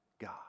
God